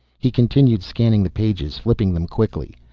he continued scanning the pages, flipping them quickly.